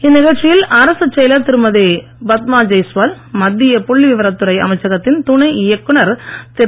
இந்நிகழ்ச்சியில் அரசுச் செயலர் திருமதி பத்மா ஜெய்ஸ்வால் மத்திய புள்ளி விவரத்துறை அமைச்சகத்தின் துணை இயக்குனர் திரு